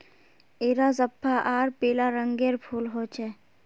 इरा सफ्फा आर पीला रंगेर फूल होचे